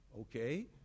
okay